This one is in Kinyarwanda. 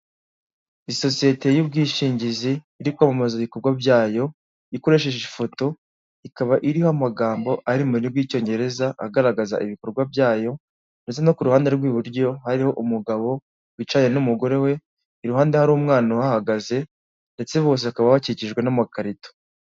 Isosiyete y'ubwishingizi iri kwamamaza ibikorwa byayo ikoresheje ifoto, ikaba iriho amagambo ari mu rurimi rw'Icyongereza, agaragaza ibikorwa byayo, ndetse no ku ruhande rw'iburyo hariho umugabo wica n'umugore we, iruhande hari umwana uhagaze ndetse bose bakaba bakikijwe n'amakarito.